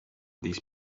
these